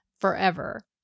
forever